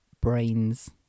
Brains